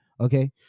Okay